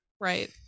right